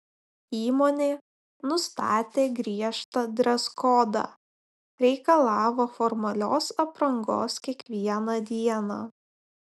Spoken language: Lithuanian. įmonė nustatė griežtą dreskodą reikalavo formalios aprangos kiekvieną dieną